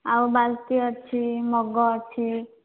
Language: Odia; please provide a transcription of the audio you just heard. ଆଉ ବାଲ୍ଟି ଅଛି ମଗ୍ ଅଛି